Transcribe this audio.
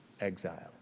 exile